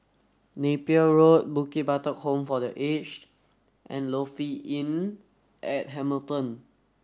Napier Road Bukit Batok Home for the Aged and Lofi Inn at Hamilton